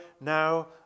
now